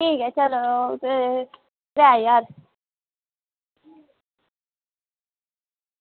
ठीक ऐ चलो त्रै ज्हार